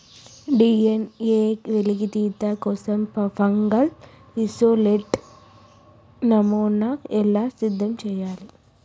DNA వెలికితీత కోసం fungal isolate నమూనాను ఎలా సిద్ధం చెయ్యాలి?